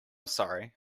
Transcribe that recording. sorry